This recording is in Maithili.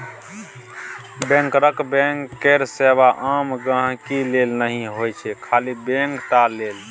बैंकरक बैंक केर सेबा आम गांहिकी लेल नहि होइ छै खाली बैंक टा लेल